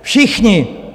Všichni.